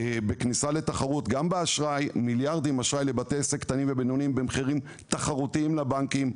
מיליארדים באשראי לבתי עסק קטנים ובינוניים במחירים תחרותיים לבנקים,